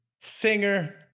singer